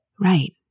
Right